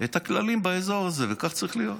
את הכללים באזור הזה, וכך צריך להיות.